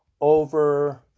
over